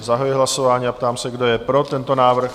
Zahajuji hlasování a ptám se, kdo je pro tento návrh?